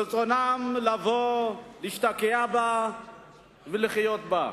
רצונם לבוא להשתקע בה ולחיות בה.